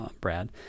Brad